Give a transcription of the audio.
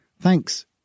Thanks